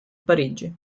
parigi